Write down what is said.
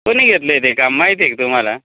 कोणी घेतलं आहे ते काम माहिती का तुम्हाला